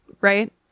Right